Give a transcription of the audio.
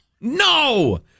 No